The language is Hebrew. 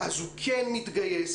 הוא כן מתגייס.